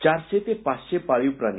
चारशे ते पाचशे पाळीव प्राणी